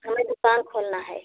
हमें दुकान खोलना है